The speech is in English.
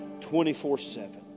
24-7